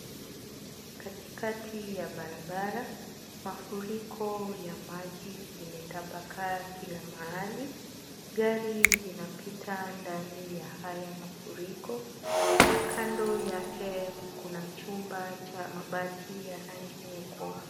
Katikati ya barabara ,mafuriko ya maji imetapakaa kila mahali. Gari zinapita ndani ya haya mafuriko na kando yake, kuna chumba cha mabati ya rangi nyekundu.